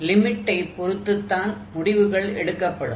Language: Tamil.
லிமிட்டை பொறுத்துத்தான் முடிவுகள் எடுக்கப்படும்